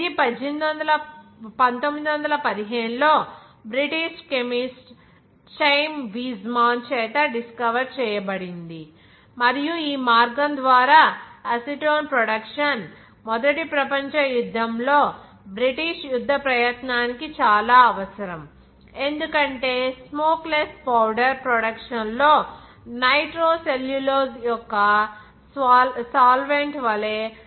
ఇది 1915 లో British chemist Chaim Weizmann చేత డిస్కవర్ చేయబడింది మరియు ఈ మార్గం ద్వారా అసిటోన్ ప్రొడక్షన్ మొదటి ప్రపంచ యుద్ధంలో బ్రిటిష్ యుద్ధ ప్రయత్నానికి చాలా అవసరం ఎందుకంటే స్మోక్ లెస్ పౌడర్ ప్రొడక్షన్ లో నైట్రో సెల్యులోజ్ యొక్క సాల్వెంట్ వలె అసిటోన్ అవసరం